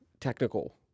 technical